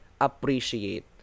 appreciate